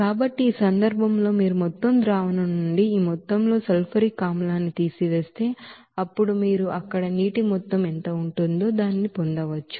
కాబట్టి ఆ సందర్భంలో మీరు మొత్తం ಸೊಲ್ಯೂಷನ್ నుండి ఈ మొత్తంలో సల్ఫ్యూరిక్ ఆమ్లాన్ని తీసివేస్తే అప్పుడు మీరు అక్కడ నీటి మొత్తం ఎంత ఉంటుందో దీన్ని పొందవచ్చు